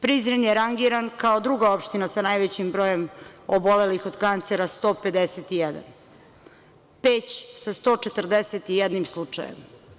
Prizren je rangiran kao druga opština sa najvećim brojem obolelih od kancera 151, Peć sa 141 slučajem.